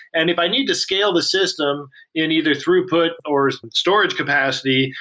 and if i need to scale the system in either throughput or storage capacity,